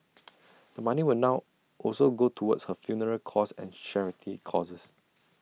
the money will now also go towards her funeral costs and charity causes